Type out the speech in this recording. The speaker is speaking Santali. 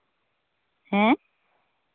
ᱦᱮᱸ